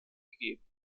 gegeben